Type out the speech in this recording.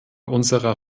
unserer